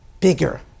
bigger